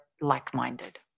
like-minded